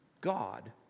God